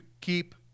keep